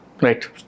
Right